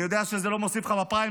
אני יודע שזה לא מוסיף לך בפריימריז,